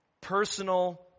personal